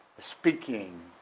speaking